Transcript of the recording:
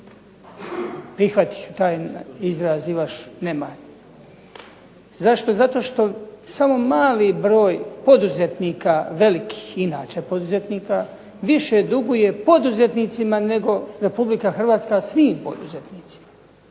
prihvatit ću taj vaš izraz nemar. Zašto? Zato što mali broj poduzetnika velikih inače poduzetnika, više duguje poduzetnicima nego Republika Hrvatska svim poduzetnicima.